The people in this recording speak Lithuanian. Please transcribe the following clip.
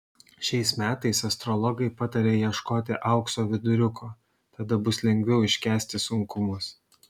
šiais metais astrologai pataria ieškoti aukso viduriuko tada bus lengviau iškęsti sunkumus